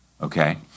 Okay